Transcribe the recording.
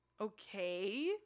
Okay